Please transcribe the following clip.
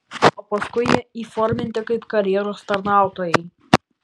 o paskui jie įforminti kaip karjeros tarnautojai